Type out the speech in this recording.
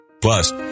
Plus